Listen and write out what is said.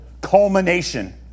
culmination